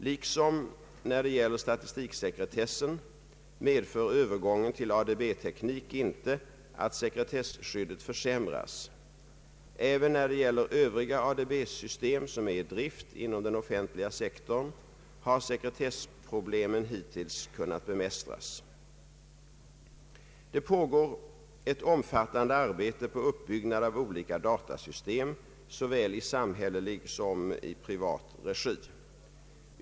Liksom när det gäller statistiksekretessen medför övergången till ADB-teknik inte att sekretesskyddet försämras. Även när det gäller övriga ADB-system, som är i drift inom den offentliga sektorn, har sekretessproblemen hittills kunna bemästras. Det pågår ett omfattande arbete på uppbyggnad av olika datasystem såväl i samhällelig som i privat regi.